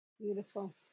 Beautiful